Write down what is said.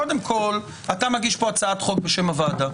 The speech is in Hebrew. קודם כל, אתה מגיש פה הצעת חוק בשם הוועדה.